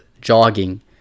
jogging